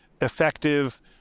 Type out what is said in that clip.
effective